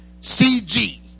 CG